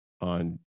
on